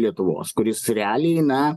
lietuvos kuris realiai na